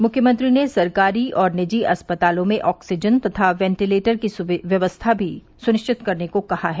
मुख्यमंत्री ने सरकारी और निजी अस्पतालों में ऑक्सीजन तथा वेन्टीलेटर की व्यवस्था भी सुनिश्चित करने को कहा है